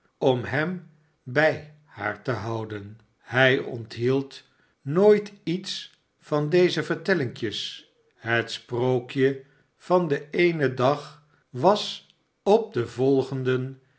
om hem bij haar te houden hij onthield nooit iets van deze vertellinkjes het sprookje van den eenen dag was op den volgenden